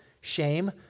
shame